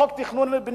חוק התכנון והבנייה.